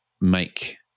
make